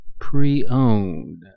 Pre-owned